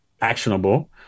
actionable